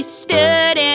stood